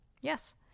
Yes